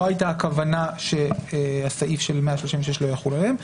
לא הייתה כוונה שהסעיף של 136 לא יחול עליהם,